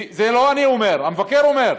ואת זה לא אני אומר, המבקר אומר.